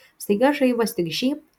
staiga žaibas tik žybt